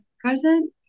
present